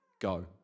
go